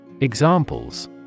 Examples